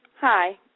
Hi